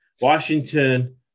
Washington